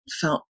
felt